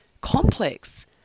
complex